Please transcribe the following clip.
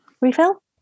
Refill